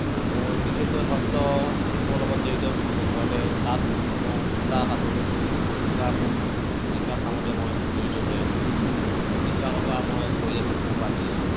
মোৰ বিশেষকৈ হস্ত শিল্পৰ লগত জড়িত মই ঘৰতে তাঁত বওঁ সূতা কাটো মুগা পুহোঁ এইবিলাক কামতে মই জড়িত হৈ আছোঁ এইবিলাকৰ পৰা মই পৰিয়ালটো পোহপাল দি আছোঁ